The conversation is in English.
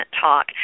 talk